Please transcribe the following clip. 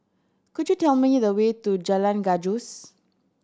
could you tell me the way to Jalan Gajus